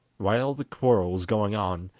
while the quarrel was going on,